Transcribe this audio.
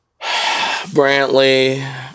Brantley